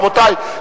רבותי,